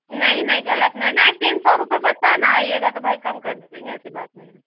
नहीं नहीं गलत नहीं नहीं तीस सौ रुपये बताए ना आइएगा तो आइएगा तो भाई कम कर देंगे ऐसी बात नहीं है